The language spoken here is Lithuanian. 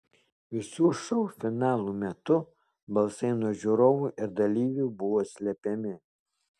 visų šou finalų metu balsai nuo žiūrovų ir dalyvių buvo slepiami